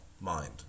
mind